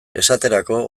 esaterako